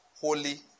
holy